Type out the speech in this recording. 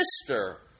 sister